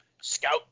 scout